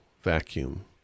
vacuum